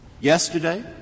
Yesterday